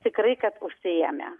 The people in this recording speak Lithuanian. tikrai kad užsiėmę